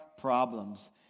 problems